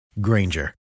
Granger